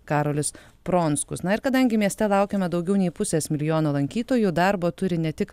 karolis pronckus na ir kadangi mieste laukiame daugiau nei pusės milijono lankytojų darbo turi ne tik